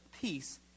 peace